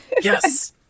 Yes